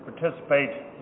participate